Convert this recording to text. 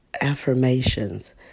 affirmations